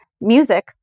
music